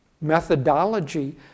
methodology